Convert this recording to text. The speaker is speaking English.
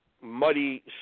muddy